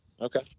okay